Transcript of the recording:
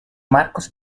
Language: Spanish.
marcos